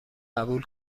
قبول